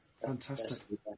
Fantastic